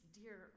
dear